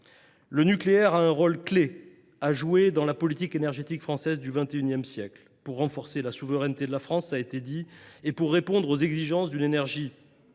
Le nucléaire a un rôle clé à jouer dans la politique énergétique française du XXI siècle, pour renforcer la souveraineté de la France et pour répondre à l’exigence de disposer